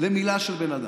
למילה של בן אדם,